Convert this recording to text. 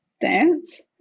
dance